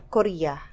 Korea